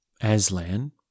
Aslan